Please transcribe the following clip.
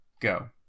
go